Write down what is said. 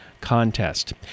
Contest